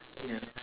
ya